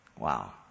Wow